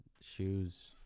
shoes